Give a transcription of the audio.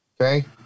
Okay